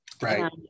right